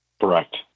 Correct